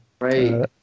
Right